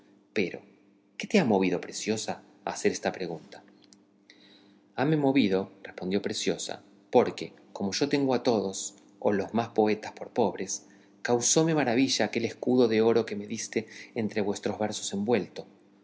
pero qué te ha movido preciosa a hacer esta pregunta hame movido respondió preciosa porque como yo tengo a todos o los más poetas por pobres causóme maravilla aquel escudo de oro que me distes entre vuestros versos envuelto